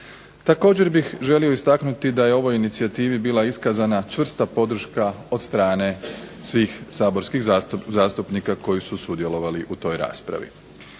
Također bih želio istaknuti da je ovoj inicijativi bila iskazana čvrsta podrška od strane svih saborskih zastupnika koji su sudjelovali u toj raspravi.